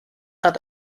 hat